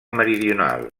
meridional